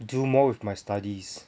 do more with my studies